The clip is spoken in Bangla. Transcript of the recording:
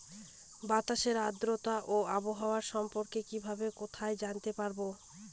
বাতাসের আর্দ্রতা ও আবহাওয়া সম্পর্কে কিভাবে কোথায় জানতে পারবো?